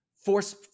force